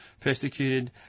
persecuted